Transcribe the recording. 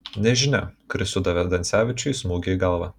nežinia kuris sudavė dansevičiui smūgį į galvą